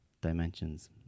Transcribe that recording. dimensions